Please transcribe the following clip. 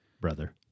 Brother